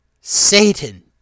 Satan